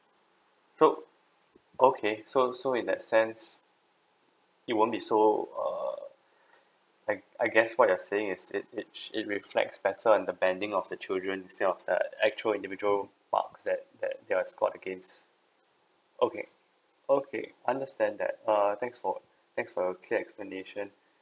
so okay so so in that sense you won't be so err I I guess what you are saying is it it sh~ it reflects better and the banding of the children instead of the actual individual marks that that they are scored against okay okay understand that err thanks for thanks for your clear explanation